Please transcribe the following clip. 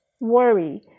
worry